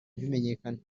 ntibimenyekane